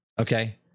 okay